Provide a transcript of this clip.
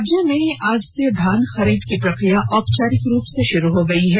राज्य में आज से धान खरीद की प्रक्रिया औपचारिक रूप से शुरू हो गयी है